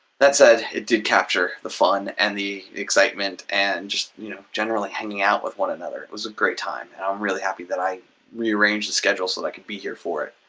that said, it did capture the fun and the excitement and just, you know, generally hanging out with one another. it was a great time and i'm really happy that i rearranged the schedule so that i could be here for it.